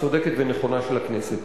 צודקת ונכונה של הכנסת.